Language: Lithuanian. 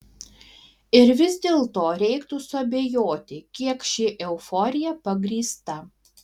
ir vis dėlto reiktų suabejoti kiek ši euforija pagrįsta